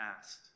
past